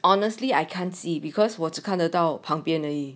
honestly I can't see because 我只看得到旁边而已